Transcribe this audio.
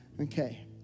Okay